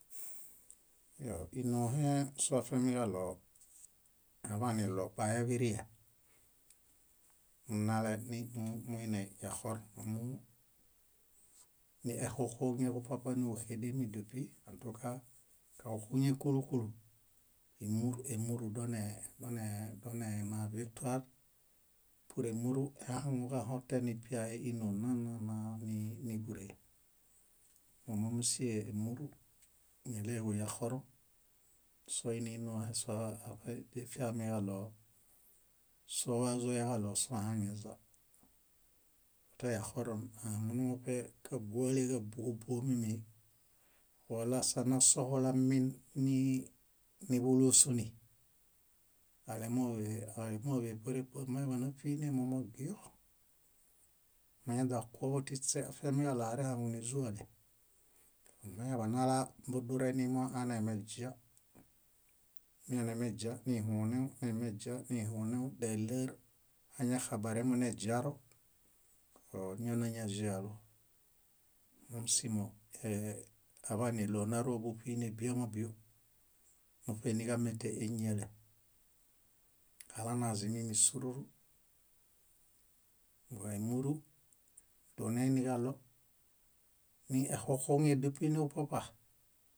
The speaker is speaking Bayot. Iyo ínohe soafiamiġaɭo aḃaniɭo baeḃirie munale mu- mu- muine yaxorõ ómumu. Niexuxuŋe kupapa núġuxedemidepi ãtuka kaxuxuŋe kúlu kúlu, émuru done doneena viktuar. Pur émuru ehaŋuġahoten ipiahe ínoo nnanana ni- níburee. Mómomusie émuru, níɭeġu yaxorõ soini ínohe afiamiġaɭo sówazoyaġaɭo sohaŋeza. Teyaxorõ ahaŋu e- kábuale kábubuomimi walasa nasohulamin ni- niḃulusuli, álemo álemoḃeparepa máeḃanaṗinemo mogio. Nañeźaokuoḃo tiśeafiamiġaɭo árehaŋunizuale, mañaḃanalabudureniŋoanemeźia, milemeźianihunew, nemeźianihunew, nemeźianihunew, dáeleer añaxabaremuneźiaro, óñonañaĵalo. Mómusimo ee- aḃaniɭonaro búṗinebiamabio muṗeniġamete éñiale. Alanazimimi súruru. Mbõ émuru, doneiniġaɭo, niexuxuŋe depiġupapa,